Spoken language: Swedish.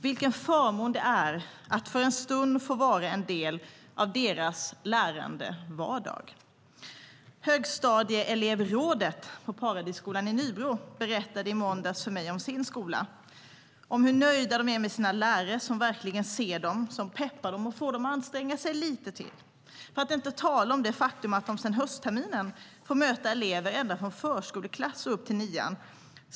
Vilken förmån det är att för en stund få vara en del av deras lärande vardag! Högstadieelevrådet på Paradisskolan i Nybro berättade i måndags för mig om sin skola och om hur nöjda de är med sina lärare, som verkligen ser dem, peppar dem och får dem att anstränga sig lite till. För att inte tala om det faktum att de sedan höstterminen får möta elever ända från förskoleklass och upp till nian.